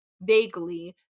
vaguely